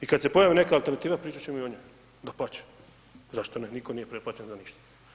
I kad se pojavi neka alternativa pričat ćemo i o njoj, dapače zašto ne, nitko nije pretplaćen na ništa.